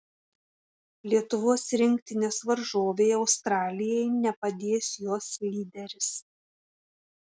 lietuvos rinktinės varžovei australijai nepadės jos lyderis